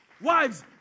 Wives